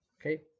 okay